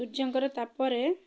ସୂର୍ଯ୍ୟଙ୍କର ତା'ପରେ